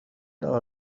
موفقیت